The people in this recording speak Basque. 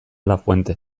lafuente